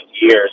years